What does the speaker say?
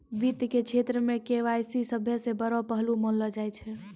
वित्त के क्षेत्र मे के.वाई.सी सभ्भे से बड़ो पहलू मानलो जाय छै